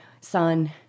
son